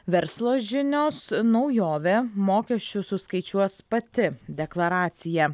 verslo žinios naujovė mokesčius suskaičiuos pati deklaracija